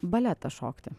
baletą šokti